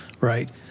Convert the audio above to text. right